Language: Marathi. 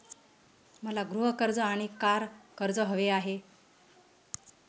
मला गृह कर्ज आणि कार कर्ज हवे आहे